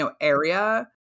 area